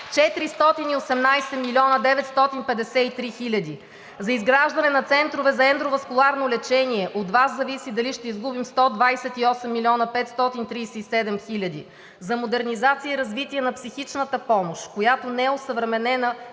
418 милиона 953 хиляди; за изграждане на центрове за ендоваскуларното лечение от Вас зависи дали ще изгубим 128 милиона 537 хиляди; за модернизация и развитие на психичната помощ, която не е осъвременена